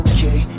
Okay